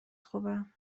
خوبه